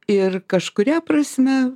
ir kažkuria prasme